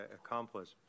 accomplish